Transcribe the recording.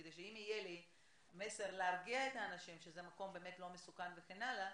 כדי שאם יהיה לי מסר להרגיע את האנשים שזה מקום באמת לא מסוכן וכן הלאה,